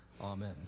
Amen